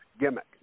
gimmick